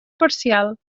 parcial